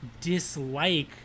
dislike